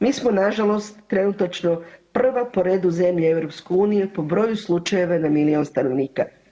Mi smo na žalost trenutačno prva po redu zemlja EU po broju slučajeva na milijun stanovnika.